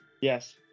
Yes